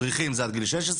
מדריכים זה עד גיל 16,